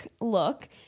look